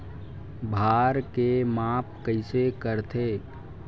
भार के माप कइसे करथे?